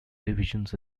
divisions